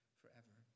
forever